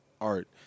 art